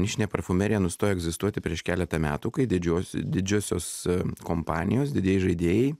nišinė parfumerija nustojo egzistuoti prieš keletą metų kai didžios didžiosios kompanijos didieji žaidėjai